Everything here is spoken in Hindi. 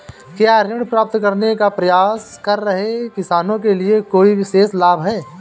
क्या ऋण प्राप्त करने का प्रयास कर रहे किसानों के लिए कोई विशेष लाभ हैं?